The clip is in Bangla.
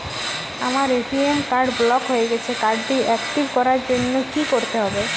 আমার এ.টি.এম কার্ড ব্লক হয়ে গেছে কার্ড টি একটিভ করার জন্যে কি করতে হবে?